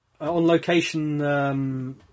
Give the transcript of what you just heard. on-location